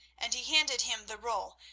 and he handed him the roll,